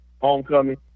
homecoming